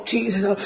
Jesus